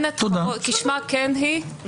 כשמה כן היא,